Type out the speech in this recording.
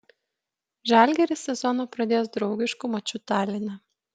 žalgiris sezoną pradės draugišku maču taline